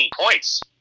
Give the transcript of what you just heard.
points